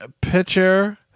pitcher